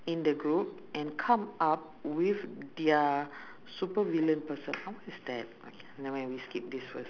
in the group and come up with their super villain person ah what is that nevermind we skip this first